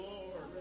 Lord